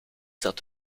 dat